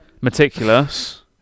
meticulous